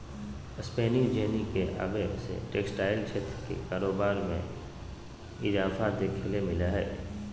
spinning jenny के आवे से टेक्सटाइल क्षेत्र के कारोबार मे इजाफा देखे ल मिल लय हें